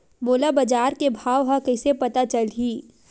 मोला बजार के भाव ह कइसे पता चलही?